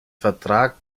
vertrag